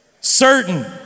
certain